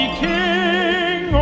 king